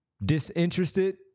disinterested